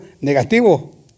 negativo